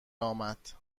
امد